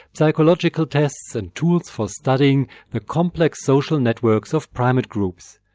psychological tests, and tools for studying the complex social networks of primate groups.